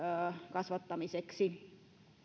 kasvattamiseksi